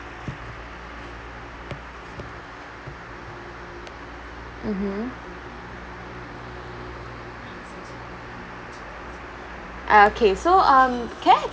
mmhmm ah okay so um can I've